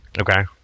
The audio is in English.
Okay